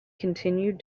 continued